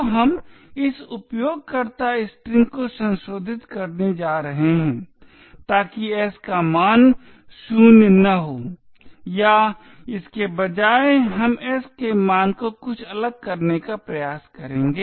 तो हम इस उपयोगकर्ता स्ट्रिंग को संशोधित करने जा रहे हैं ताकि s का मान 0 न हो या इसके बजाय हम s के मान को कुछ अलग करने का प्रयास करेंगे